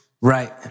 Right